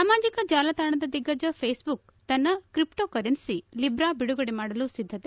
ಸಾಮಾಜಿಕ ಜಾಲತಾಣದ ದಿಗ್ಗಜ ಫೇಸ್ಬುಕ್ ತನ್ನ ತ್ರಿಪ್ಪೋಕರೆನ್ಲಿ ಲಿಬ್ರಾ ಬಿಡುಗಡೆ ಮಾಡಲು ಸಿದ್ದತೆ